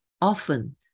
Often